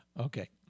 Okay